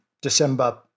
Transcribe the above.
December